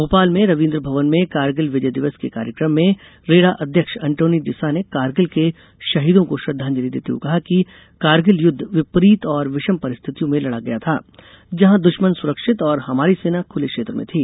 भोपाल में रवींद्र भवन में कारगिल विजय दिवस के कार्यक्रम में रेरा अध्यक्ष अंटोनी डिसा ने कारगिल के शहीदों को श्रद्धांजलि देते कहा कि कारगिल युद्ध विपरीत और विषम परिस्थितियों में लड़ा गया था जहाँ दुश्मन सुरक्षित और हमारी सेना खूले क्षेत्र में थी